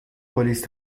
پلیس